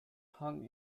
hung